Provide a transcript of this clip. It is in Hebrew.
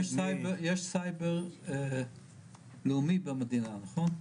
יש סייבר לאומי במדינה, נכון?